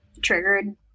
Triggered